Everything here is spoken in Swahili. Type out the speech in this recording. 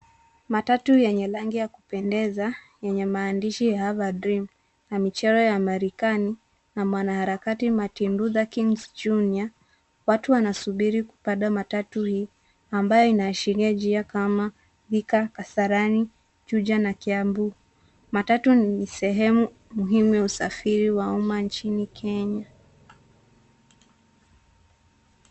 Matatu yenye rangi ya kupendeza yenye maandishi ya i have a dream na michoro ya Marekani na mwanaharakati Martin Luther King Junior. Watu wanasubiri kupanda matatu hii ambayo inaashiria njia kama Thika, Kasarani, Juja na Kiambu. Matatu ni sehemu muhimu ya usafiri wa umma nchini Kenya.